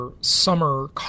summer